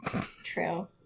True